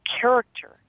character